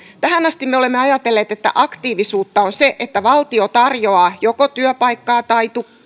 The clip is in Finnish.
tähän asti me olemme ajatelleet että aktiivisuutta on se että valtio tarjoaa joko työpaikkaa tai